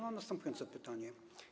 Mam następujące pytanie.